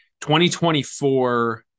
2024